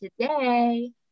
today